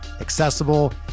accessible